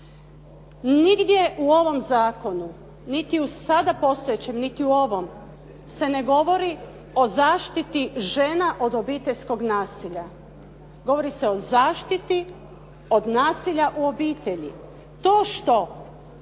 Nigdje u ovom zakonu, niti u sada postojećem, niti u ovom se ne govori o zaštiti žena od obiteljskog nasilja. Govori se o zaštiti od nasilja u obitelji. To što